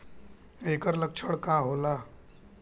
ऐकर लक्षण का होला?